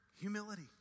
humility